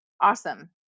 Awesome